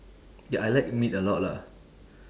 ya I like meat a lot lah